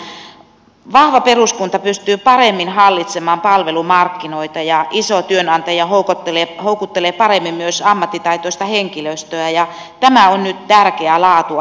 vahva peruskunta pystyy paremmin hallitsemaan palvelumarkkinoita ja iso työnantaja houkuttelee paremmin myös ammattitaitoista henkilöstöä ja tämä on nyt tärkeä laatuasia